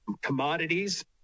commodities